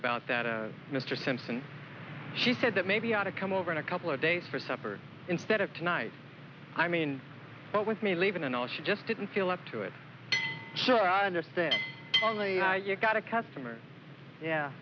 about that mr simpson she said that maybe i ought to come over in a couple of days for supper instead of tonight i mean but with me leaving and all she just didn't feel up to it sure i understand you've got a customer yeah